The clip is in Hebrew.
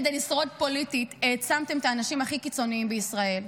כדי לשרוד פוליטית העצמתם את האנשים הכי קיצוניים בישראל,